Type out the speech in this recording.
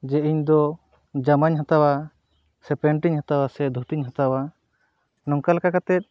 ᱡᱮ ᱤᱧᱫᱚ ᱡᱟᱢᱟᱧ ᱦᱟᱛᱟᱣᱟ ᱥᱮ ᱯᱮᱱᱴ ᱤᱧ ᱦᱟᱛᱟᱣᱟ ᱫᱷᱩᱛᱤᱧ ᱦᱟᱛᱟᱣᱟ ᱱᱚᱝᱠᱟ ᱞᱮᱠᱟ ᱠᱟᱛᱮᱫ